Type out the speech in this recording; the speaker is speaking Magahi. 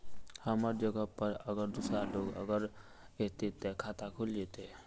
हमर जगह पर अगर दूसरा लोग अगर ऐते ते खाता खुल जते?